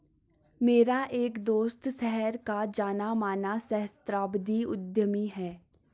मेरा एक दोस्त शहर का जाना माना सहस्त्राब्दी उद्यमी है